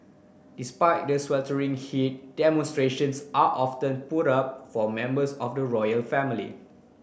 despite the sweltering heat demonstrations are often put up for members of the royal family